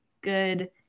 good